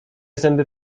zęby